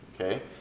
okay